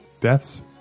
Deaths